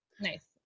Nice